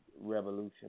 revolution